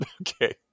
okay